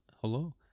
Hello